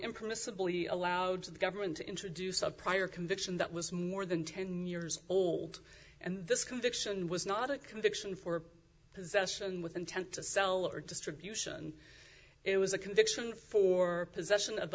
impermissibly allowed for the government to introduce a prior conviction that was more than ten years old and this conviction was not a conviction for possession with intent to sell or distribution it was a conviction for possession of